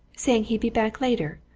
saying he'd be back later,